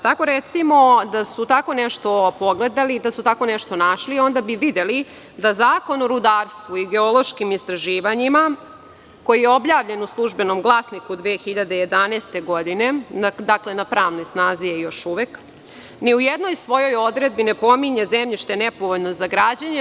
Tako recimo da su tako nešto pogledali i da su tako nešto našli onda bi videli da Zakon o rudarstvu i geološkim istraživanjima, koji je objavljen u „Službenom glasniku“ 2011. godine, na pravnoj snazi je još uvek, ni u jednoj svojoj odredbi ne pominje zemljište nepovoljno za gradnju.